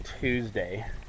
Tuesday